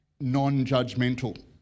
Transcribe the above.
non-judgmental